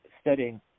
studying